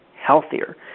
healthier